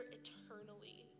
eternally